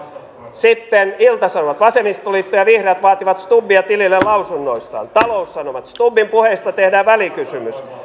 sitten ilta sanomat vasemmistoliitto ja vihreät vaativat stubbia tilille lausunnoistaan taloussanomat stubbin puheista tehdään välikysymys